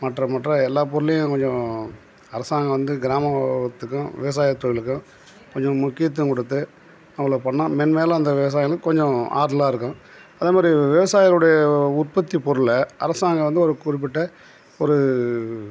மற்ற மற்ற எல்லா பொருளையும் கொஞ்சம் அரசாங்கம் வந்து கிராமத்துக்கும் விவசாய தொழிலுக்கும் கொஞ்சம் முக்கியத்துவம் கொடுத்து அவ்வளோ பண்ணிணா மென்மேலும் அந்த விவசாயிகளுக்கு கொஞ்சம் ஆறுதலாக இருக்கும் அதே மாதிரி விவசாயிகளுடைய உற்பத்தி பொருளை அரசாங்கம் வந்து ஒரு குறிப்பிட்ட ஒரு